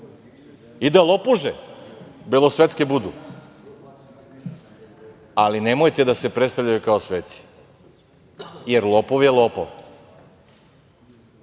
i da lopuže belosvetske budu, ali nemojte da se predstavljaju kao sveci, jer lopov je lopov. Zato,